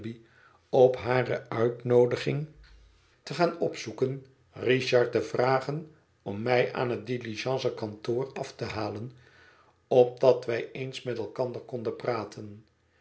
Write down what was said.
op hare uitnoodiging te gaan opzoeken richard te vragen om mij aan het diligencekantoor af te halen opdat wij eens met elkander konden praten